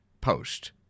post